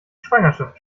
schwangerschaft